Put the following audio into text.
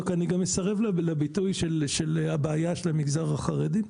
כי אני גם מסרב לביטוי של הבעיה של המגזר החרדי.